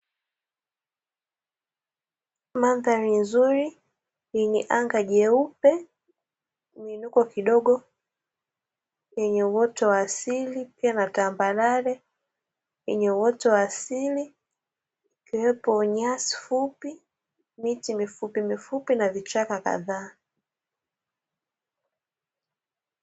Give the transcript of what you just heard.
Mandhali nzuri, yenye anga jeupe na miinuko kidogo, yenye uoto wa asili, pia na tambarare, yenye uoto wa asili, ikiwepo nyasi fupi, miti mifupimifupi na vichaka kadhaa.